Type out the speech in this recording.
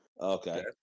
Okay